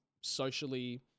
socially